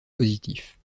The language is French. positif